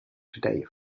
today